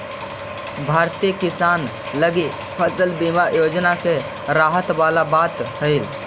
भारतीय किसान लगी फसल बीमा योजना राहत वाला बात हइ